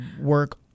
work